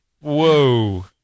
whoa